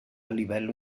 livello